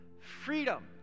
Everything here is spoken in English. freedom